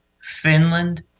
Finland